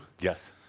Yes